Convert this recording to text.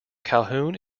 calhoun